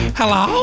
hello